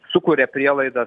sukuria prielaidas